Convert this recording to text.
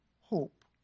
hope